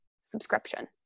subscription